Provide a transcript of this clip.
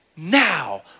Now